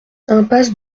impasse